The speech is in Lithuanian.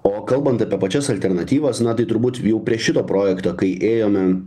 o kalbant apie pačias alternatyvas na tai turbūt jau prie šito projekto kai ėjome